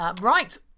right